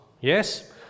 yes